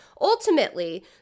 ultimately